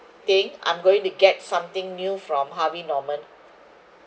thing I'm going to get something new from harvey norman